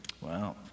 Wow